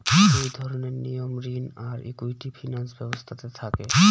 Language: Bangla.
দুই ধরনের নিয়ম ঋণ আর ইকুইটি ফিনান্স ব্যবস্থাতে থাকে